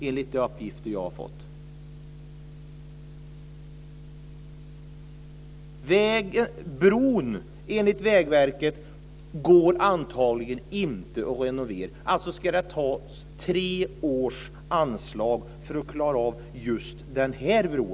Enligt Vägverket går det antagligen inte att renovera bron. Det krävs då 6 miljoner, tre års anslag, för att klara just den här bron.